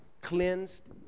cleansed